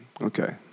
Okay